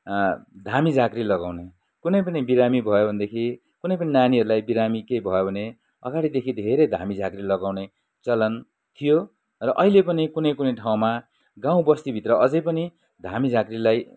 धामी झाँक्री लगाउनु कुनै पनि बिरामी भयो भनेदेखि कुनै पनि नानीहरूलाई बिरामी केही भयो भने अगाडिदेखि धेरै धामी झाँक्री लगउने चलन थियो र अहिले पनि कुनै कुनै ठाउँमा गाउँ बस्तीभित्र अझै पनि धामी झाँक्रीलाई